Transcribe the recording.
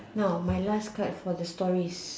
now my last card for the stories